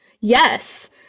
Yes